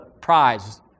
prize